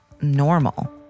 normal